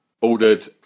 ordered